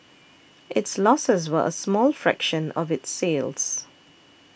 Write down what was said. its losses were a small fraction of its sales